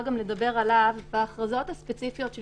לדבר גם עליו בהכרזות הספציפיות של